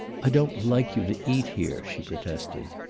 i don't like you to eat here, she protested.